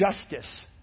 justice